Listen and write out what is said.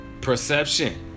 Perception